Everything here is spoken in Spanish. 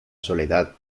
soledad